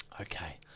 Okay